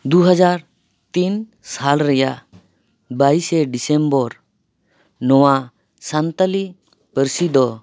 ᱫᱩᱦᱟᱡᱟᱨ ᱛᱤᱱ ᱥᱟᱞ ᱨᱮᱭᱟᱜ ᱵᱟᱭᱤᱥᱮ ᱰᱤᱥᱮᱢᱵᱚᱨ ᱱᱚᱣᱟ ᱥᱟᱱᱛᱟᱞᱤ ᱯᱟᱹᱨᱥᱤ ᱫᱚ